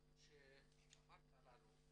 כמו שאמרת לנו,